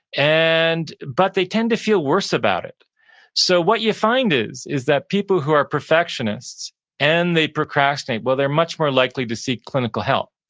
and but they tend to feel worse about it so what you find is, is that people who are perfectionists and they procrastinate, well they're much more likely to seek clinical help.